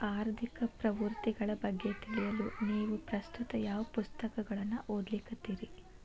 ಆರ್ಥಿಕ ಪ್ರವೃತ್ತಿಗಳ ಬಗ್ಗೆ ತಿಳಿಯಲು ನೇವು ಪ್ರಸ್ತುತ ಯಾವ ಪುಸ್ತಕಗಳನ್ನ ಓದ್ಲಿಕತ್ತಿರಿ?